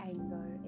Anger